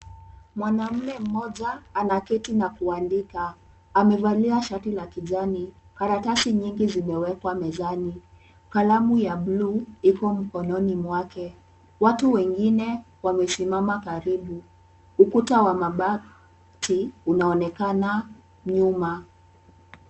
Mwanaume mmoja anaketi na kuandika. Amevalia shati la kijani. Karatasi nyingi zimewekwa mezani. Kalamu ya buluu iko mkononi mwake. Watu wengine wamesimama karibu. Ukuta wa mabati unaonekana nyuma.